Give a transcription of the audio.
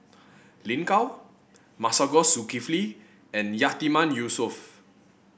Lin Gao Masagos Zulkifli and Yatiman Yusof